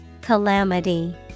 Calamity